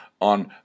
on